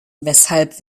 weshalb